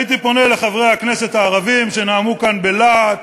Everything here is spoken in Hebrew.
הייתי פונה לחברי הכנסת הערבים שנאמו כאן בלהט